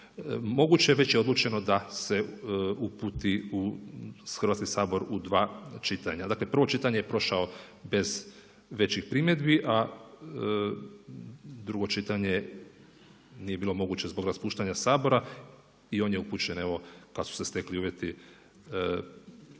moguće već je odlučeno da se uputi u Hrvatski sabor u dva čitanja. Dakle prvo čitanje je prošao bez većih primjedbi a drugo čitanje nije bilo moguće zbog raspuštanja Sabora i on je upućen evo kada su se stekli uvjeti na